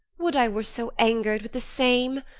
would i were so ang'red with the same!